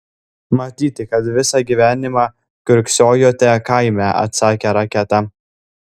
matyti kad visą gyvenimą kiurksojote kaime atsakė raketa